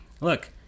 look